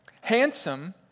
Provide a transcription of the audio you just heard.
handsome